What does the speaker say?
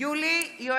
נוכח אמיר אוחנה,